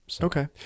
Okay